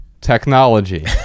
technology